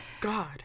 God